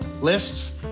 lists